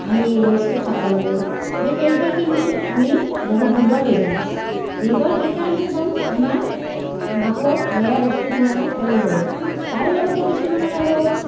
আমি ৰেষ্টত থাকিব লাগে সেই কেই সেই তিন দিন আমি বহুত দুৰ্বল হৈ যাওঁ দুৰ্বল এই কাৰণতে হওঁ আমাৰ মাহত বেয়া বস্তুখিনি আমাৰ ওলাই যায় তাৰে লগতে কিছুমানৰ আৰু